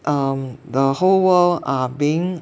um the whole world are being